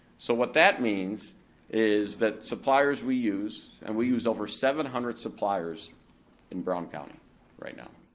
so what that means is that suppliers we use, and we use over seven hundred suppliers in brown county right now,